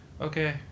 Okay